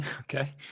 okay